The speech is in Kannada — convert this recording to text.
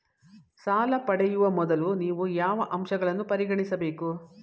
ಸಾಲ ಪಡೆಯುವ ಮೊದಲು ನೀವು ಯಾವ ಅಂಶಗಳನ್ನು ಪರಿಗಣಿಸಬೇಕು?